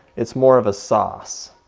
it's more of a sauce.